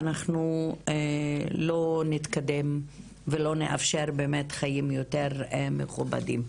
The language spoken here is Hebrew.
אנחנו לא נתקדם ולא נאפשר חיים יותר מכובדים.